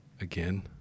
again